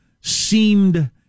seemed